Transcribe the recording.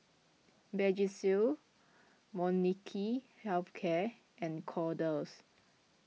Vagisil Molnylcke Health Care and Kordel's